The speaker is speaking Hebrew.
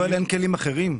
האם אין כלים אחרים?